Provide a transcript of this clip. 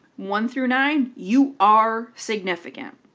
one through nine, you are significant,